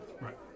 Right